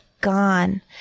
gone